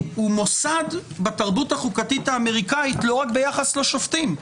נוסד בתרבות החוקתית האמריקאית לא רק ביחס לשופטים.